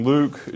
Luke